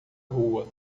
rua